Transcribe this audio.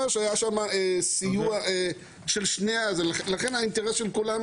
גם המשפט הזה שאומר צנעת הפרט זה לא אומר כלום,